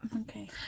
Okay